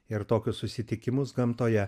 ir tokius susitikimus gamtoje